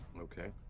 okay